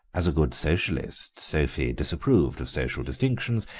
as a good socialist, sophie disapproved of social distinctions,